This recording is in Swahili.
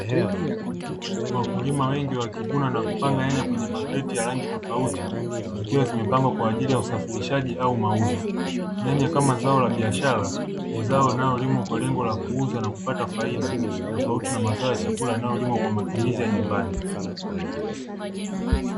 Wakulima wengi wakivuna na kupanga nyanya kwenye makreti ya rangi tofauti, zikiwa zimepangwa kwa ajili ya usafirishaji au mauzo. Nyanya kama zao la biashara, ni zao linalolimwa kwa lengo la kupata faida tofauti na mazao ya chakula yanayolimwa kwa matumizi ya nyumbani.